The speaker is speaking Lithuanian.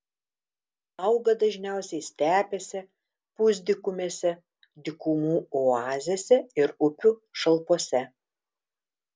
auga dažniausiai stepėse pusdykumėse dykumų oazėse ir upių šalpose